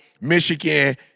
Michigan